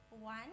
one